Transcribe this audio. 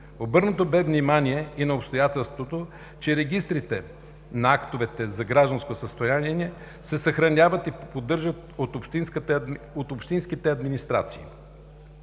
Обърнато бе внимание и на обстоятелството, че регистрите на актовете за гражданско състояние се съхраняват и поддържат от общинските администрации.